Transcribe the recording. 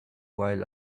while